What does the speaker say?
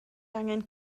angen